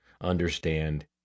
understand